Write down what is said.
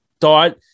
thought